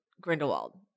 Grindelwald